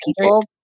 people